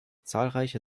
zahlreiche